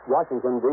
Washington